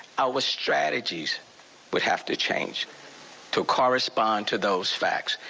our strategies would have to change to correspond to those facts.